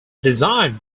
design